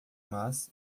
mas